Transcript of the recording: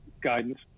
guidance